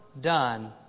done